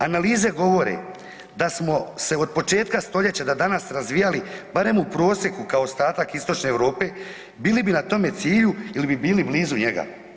Analize govore da smo se od početka stoljeća do danas razvijali barem u prosjeku kao ostatak Istočne Europe bili bi na tome cilju ili bi bili blizu njega.